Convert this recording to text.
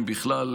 אם בכלל,